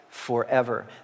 forever